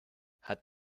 hat